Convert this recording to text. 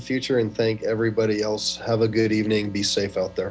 the future and i think everybody else have a good evening be safe out there